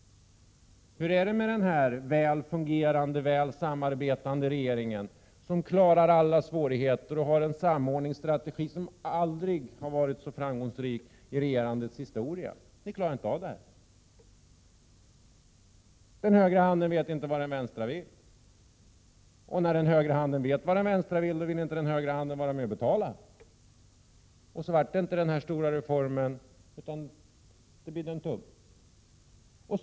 Hur är det med den här väl fungerande, väl samarbetande regeringen, som klarar alla svårigheter och har en samordningsstrategi som aldrig har varit så framgångsrik i regerandets historia? Ni klarar inte av det här! Den högra handen vet inte vad den vänstra vill. Och när den högra handen vet vad den vänstra vill, då vill inte den högra handen vara med och betala. Så vart det inte den här stora reformen, utan det bidde en tumme.